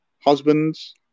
husbands